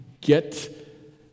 get